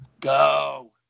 go